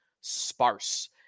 sparse